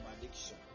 addiction